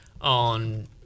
on